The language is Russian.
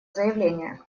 заявление